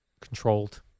controlled